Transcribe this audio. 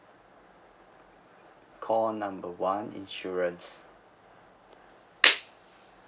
call number one insurance